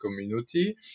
community